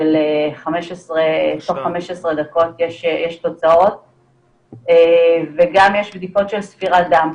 15 דקות יש תוצאות, וגם יש בדיקות של ספירת דם.